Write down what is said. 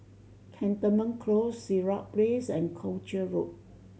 Cantonment Close Sirat Place and Croucher Road